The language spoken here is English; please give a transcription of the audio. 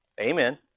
Amen